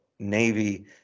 Navy